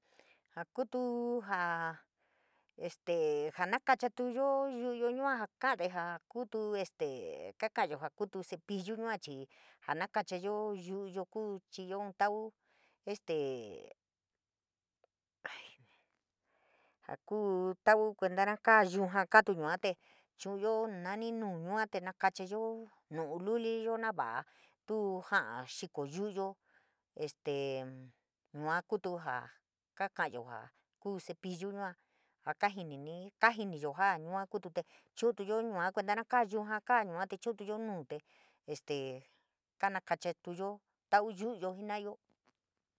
Jaa kutu jaa este jaa nakachatuyo yu’uyo yua jaa kaade jaa kutu este kokayo jaa kutu cepillu, yua chii janakachayo yu’uyo kuu chiyo inn tau este ja kuu ntau kuenta naa kaa yuja kaa yua te, chu’utuyo nu te este kanakachatuyo tau yu’uyo jenayo.